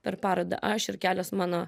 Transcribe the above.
per parodą aš ir kelios mano